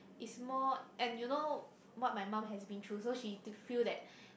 is more and you know what my mum has been through she to feel that